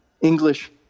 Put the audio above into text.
English